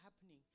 happening